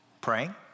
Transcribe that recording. Praying